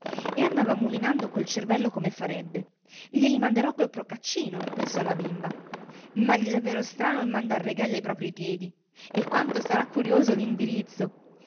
e andava mulinando col cervello come farebbe glieli manderò col procaccino pensò la bimba ma gli è davvero strano il mandar regali a proprii piedi e quanto sarà curioso l'indirizzo